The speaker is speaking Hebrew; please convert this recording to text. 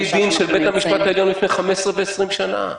דין של בית המשפט העליון מלפני 15 ו-20 שנה.